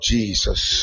Jesus